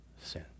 sin